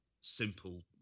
simple